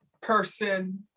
person